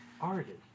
artist